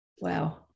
Wow